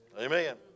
Amen